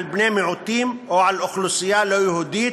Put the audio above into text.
בני מיעוטים או על אוכלוסייה לא יהודית,